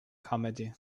comedy